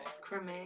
Creme